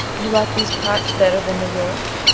you like these parts better than new york,